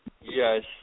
Yes